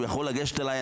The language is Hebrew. הוא יכול לגשת אלי,